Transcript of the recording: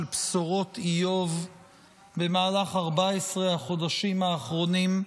בשורות איוב במהלך 14 החודשים האחרונים.